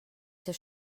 der